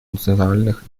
национальных